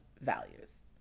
values